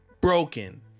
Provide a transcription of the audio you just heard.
broken